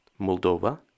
Moldova